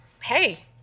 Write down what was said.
Hey